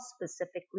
specifically